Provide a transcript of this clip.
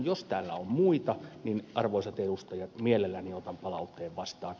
jos täällä on muita arvoisat edustajat mielelläni otan palautteen vastaan